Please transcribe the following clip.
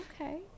okay